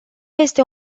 este